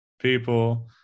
people